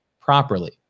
properly